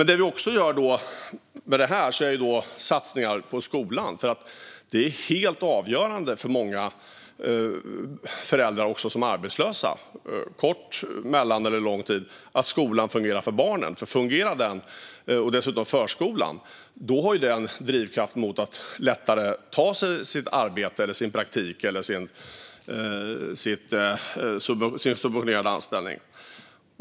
Det vi också gör här är satsningar på skolan. Det är helt avgörande för många föräldrar, också som arbetslösa under kort, mellanlång eller lång tid, att skolan fungerar för barnen. Om skolan och dessutom förskolan fungerar har man drivkraft att lättare ta sig mot arbete, praktik eller subventionerad anställning.